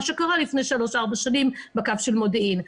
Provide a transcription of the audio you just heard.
מה שקרה לפני שלוש-ארבע שנים בקו של מודיעין.